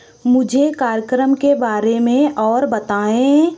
मुझे कार्यक्रम के बारे में और बताएँ